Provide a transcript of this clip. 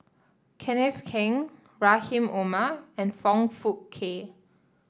Kenneth Keng Rahim Omar and Foong Fook Kay